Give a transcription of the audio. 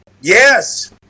yes